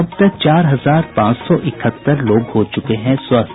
अब तक चार हजार पांच सौ इकहत्तर लोग हो चुके हैं स्वस्थ